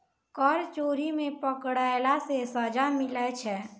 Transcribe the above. कर चोरी मे पकड़ैला से सजा मिलै छै